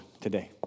today